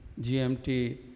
GMT